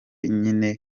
nyine